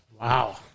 Wow